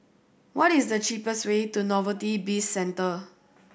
what is the cheapest way to Novelty Bizcentre